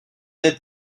être